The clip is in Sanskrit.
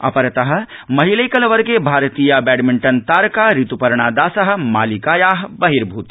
अपरतः महिलैकलवर्गे भारतीया बैडमिण्टन् तारका रित्पर्णा दासः मालिकायाः बहिर्भूता